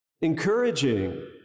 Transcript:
encouraging